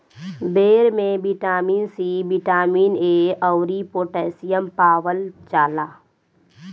बेर में vitamin C, vitamin A अउरी पोटैशियम पावल जाला